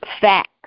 facts